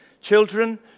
Children